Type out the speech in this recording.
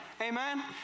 Amen